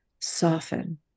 soften